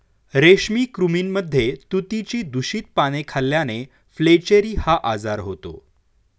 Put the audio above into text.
रेशमी कृमींमध्ये तुतीची दूषित पाने खाल्ल्याने फ्लेचेरी हा आजार होतो